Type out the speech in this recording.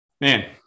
man